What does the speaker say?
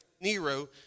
Nero